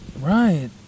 right